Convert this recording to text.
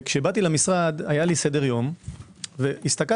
כשבאתי למשרד היה לי סדר-יום והסתכלתי